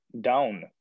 down